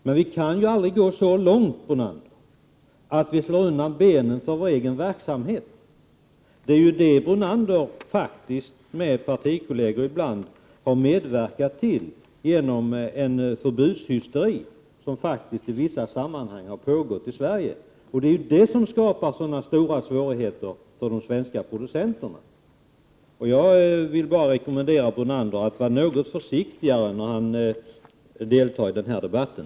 Men vi kan ju aldrig gå så långt, Lennart Brunander, att vi slår undan benen för vår egen verksamhet. Det är ju vad Lennart Brunander, ibland tillsammans med partikollegor, har medverkat till genom den förbudshysteri som faktiskt i vissa sammanhang har förekommit i Sverige. Det är det som skapar så stora svårigheter för de svenska producenterna. Jag vill bara rekommendera Lennart Brunander att vara något försiktigare när han deltar i den här debatten.